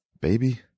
Baby